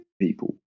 people